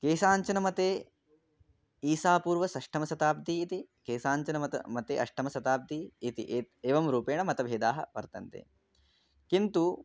केशाञ्चनमते ईसापूर्व षष्टम शताब्दीति केशाञ्चनमते मते अष्टमशताब्दिः इति ए एवं रूपेण मतभेदाः वर्तन्ते किन्तु